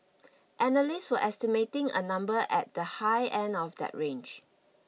analysts were estimating a number at the high end of that range